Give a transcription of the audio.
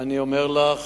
ואני אומר לך,